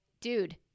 dude